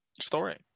story